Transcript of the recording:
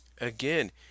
again